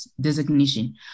designation